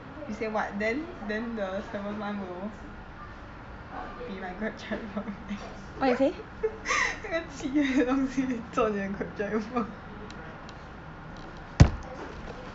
he say what then then the seventh month will be like grab driver already 那个七月的东西做你的 grab driver